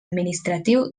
administratiu